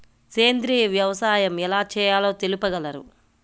సేంద్రీయ వ్యవసాయం ఎలా చేయాలో తెలుపగలరు?